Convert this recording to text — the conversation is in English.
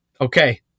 Okay